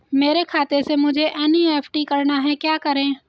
मेरे खाते से मुझे एन.ई.एफ.टी करना है क्या करें?